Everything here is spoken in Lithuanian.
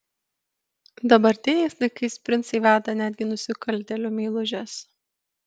dabartiniais laikais princai veda netgi nusikaltėlių meilužes